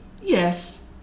Yes